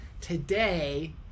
today